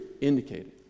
indicated